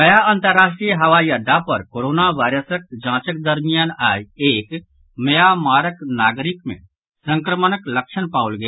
गया अंतर्राष्ट्रीय हवाई अड्डा पर कोरोना वायरसक जांचक दरमियान आइ एक म्यांमारक नागरिक मे संक्रमणक लक्षण पाओल गेल